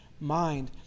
mind